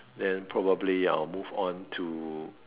then probably I will move on to